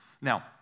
Now